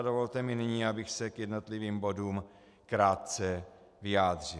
Dovolte mi nyní, abych se k jednotlivým bodům krátce vyjádřil.